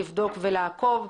לבדוק ולעקוב.